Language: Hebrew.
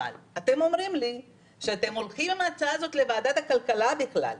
אבל אתם אומרים לי שאתם הולכים עם ההצעה הזאת לוועדת הכלכלה בכלל,